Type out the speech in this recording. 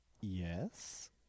Yes